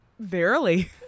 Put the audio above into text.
Verily